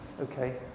okay